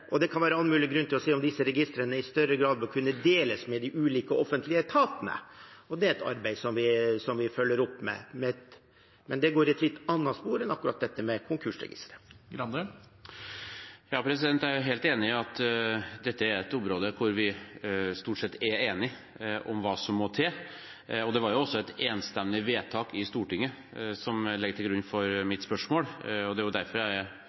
og det kan være all mulig grunn til å se på om disse registrene i større grad bør kunne deles med de ulike offentlige etatene. Det er et arbeid som vi følger opp, men det går i et litt annet spor enn akkurat dette med konkursregisteret. Jeg er helt enig i at dette er et område hvor vi stort sett er enige om hva som må til. Det er også et enstemmig vedtak i Stortinget som ligger til grunn for mitt spørsmål, og det er derfor jeg er